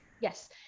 Yes